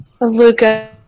Luca